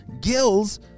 gills